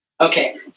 Okay